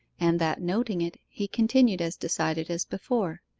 and that noting it, he continued as decided as before.